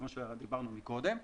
כמו שדיברנו קודם,